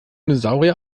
dinosaurier